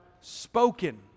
spoken